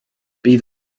bydd